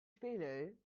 spelen